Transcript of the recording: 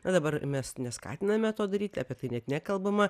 na dabar mes neskatiname to daryti apie tai net nekalbama